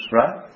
right